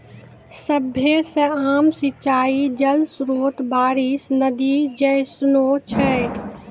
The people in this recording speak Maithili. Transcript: सभ्भे से आम सिंचाई जल स्त्रोत बारिश, नदी जैसनो छै